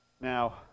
Now